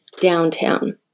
downtown